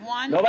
one